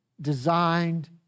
designed